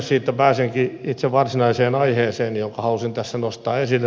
siitä pääsenkin itse varsinaiseen aiheeseen jonka halusin tässä nostaa esille